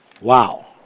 Wow